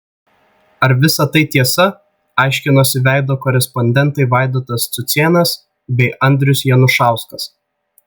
ar visa tai tiesa aiškinosi veido korespondentai vaidotas cucėnas bei andrius janušauskas